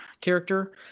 character